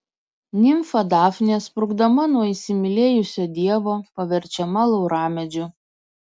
nimfa dafnė sprukdama nuo įsimylėjusio dievo paverčiama lauramedžiu